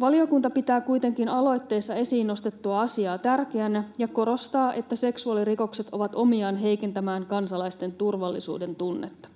Valiokunta pitää kuitenkin aloitteessa esiin nostettua asiaa tärkeänä ja korostaa, että seksuaalirikokset ovat omiaan heikentämään kansalaisten turvallisuudentunnetta.